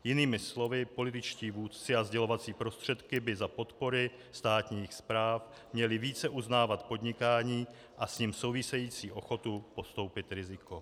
Jinými slovy, političtí vůdci a sdělovací prostředky by za podpory státních správ měli více uznávat podnikání a s ním související ochotu podstoupit riziko.